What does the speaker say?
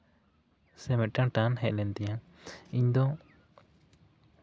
ᱥᱮ ᱢᱤᱫᱴᱟᱱ ᱴᱟᱱ ᱦᱮᱡ ᱞᱮᱱ ᱛᱤᱧᱟᱹ ᱤᱧ ᱫᱚ